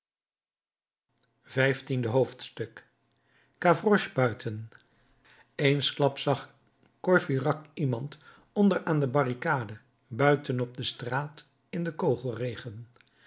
vijftiende hoofdstuk gavroche buiten eensklaps zag courfeyrac iemand onder aan de barricade buiten op de straat in den kogelregen